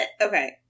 Okay